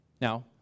Now